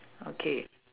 okay